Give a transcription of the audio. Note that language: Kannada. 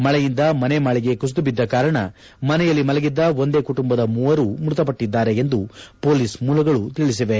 ಮಳೆಯಿಂದ ಮನೆ ಮಾಳಿಗೆ ಕುಸಿದು ಬಿದ್ದ ಕಾರಣ ಮನೆಯಲ್ಲಿ ಮಲಗಿದ್ದ ಒಂದೇ ಕುಟುಂಬದ ಮೂವರು ಮೃತಪಟ್ಟದ್ದಾರೆ ಎಂದು ಪೊಲೀಸ್ ಮೂಲಗಳು ತಿಳಿಸಿವೆ